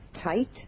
tight